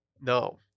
no